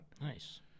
nice